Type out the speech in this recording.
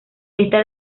esta